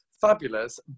fabulous